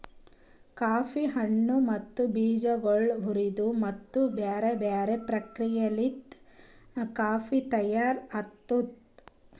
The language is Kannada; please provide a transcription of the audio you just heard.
ಕಾಫಿ ಹಣ್ಣು ಮತ್ತ ಬೀಜಗೊಳ್ ಹುರಿದು ಮತ್ತ ಬ್ಯಾರೆ ಬ್ಯಾರೆ ಪ್ರಕ್ರಿಯೆಲಿಂತ್ ಕಾಫಿ ತೈಯಾರ್ ಆತ್ತುದ್